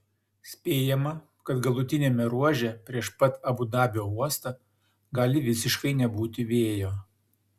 spėjama kad galutiniame ruože prieš pat abu dabio uostą gali visiškai nebūti vėjo